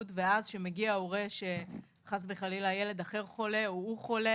ואז כאשר ההורה חולה או ילד אחר חולה,